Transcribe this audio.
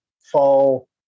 fall